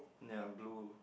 ya blue